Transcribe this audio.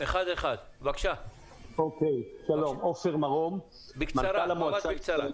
מנכ"ל המועצה לצרכנות.